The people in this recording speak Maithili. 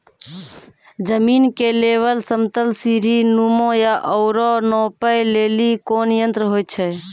जमीन के लेवल समतल सीढी नुमा या औरो नापै लेली कोन यंत्र होय छै?